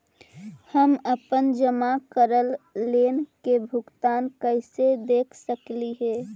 हम अपन जमा करल लोन के भुगतान कैसे देख सकली हे?